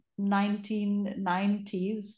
1990s